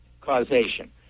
causation